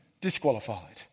disqualified